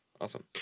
Awesome